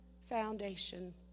foundation